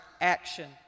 action